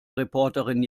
reporterin